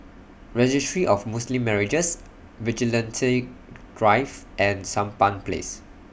Registry of Muslim Marriages Vigilante Drive and Sampan Place